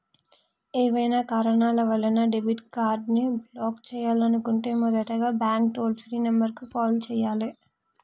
ఏవైనా కారణాల వలన డెబిట్ కార్డ్ని బ్లాక్ చేయాలనుకుంటే మొదటగా బ్యాంక్ టోల్ ఫ్రీ నెంబర్ కు కాల్ చేయాలే